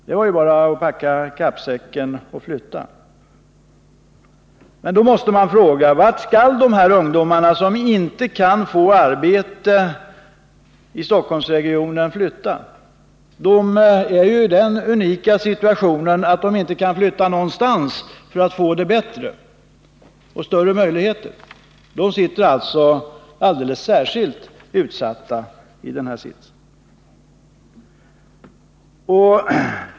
Det var ju bara att packa kappsäcken och flytta. Men man måste då fråga sig: Vart skall de ungdomar flytta som inte kan få arbete i Stockholmsregionen? De är ju i den unika situationen att de inte kan flytta någonstans för att få det bättre och få större möjligheter. De sitter alltså i en särskilt utsatt situation.